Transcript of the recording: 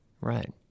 right